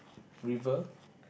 river